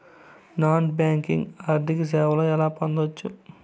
Non banking ఆర్థిక సేవలు ఎలా పొందొచ్చు?